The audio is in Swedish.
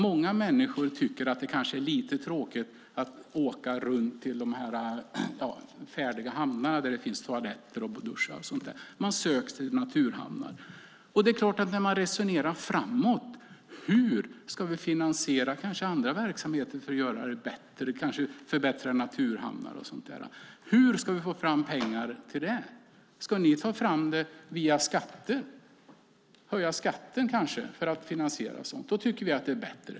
Många människor tycker kanske att det är lite tråkigt att åka runt till de här färdiga hamnarna, där det finns toaletter och duschar och sådant. Man söker sig till naturhamnar. Det är klart att man resonerar framåt. Hur ska vi finansiera andra verksamheter för att göra det bättre, kanske förbättra naturhamnar och sådant? Hur ska vi få fram pengar till det? Ska ni ta fram dem via skatter? Ska ni höja skatten för att finansiera sådant? Då tycker vi att detta är bättre.